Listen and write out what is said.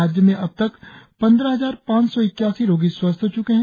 राज्य में अब तक पंद्रह हजार पांच सौ इक्यासी रोगी स्वस्थ हो च्के है